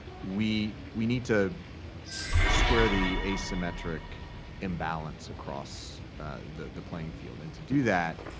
we we need to square the asymmetrical imbalance across the the playing field and to do that,